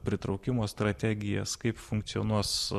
pritraukimo strategijas kaip funkcionuos